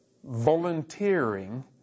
volunteering